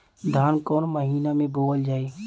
धान कवन महिना में बोवल जाई?